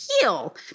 heal